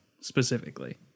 specifically